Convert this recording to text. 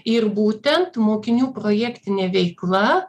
ir būtent mokinių projektinė veikla